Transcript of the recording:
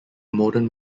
modern